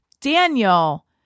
Daniel